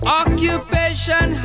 occupation